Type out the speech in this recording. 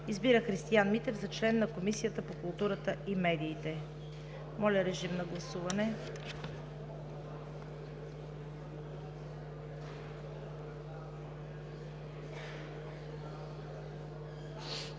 Избира Христиан Митев за член на Комисията по културата и медиите.“ Моля, режим на гласуване.